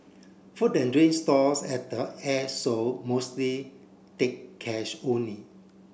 food and drink stalls at the Airshow mostly take cash only